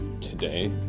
Today